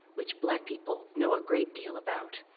which black people know a great deal about,